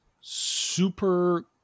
super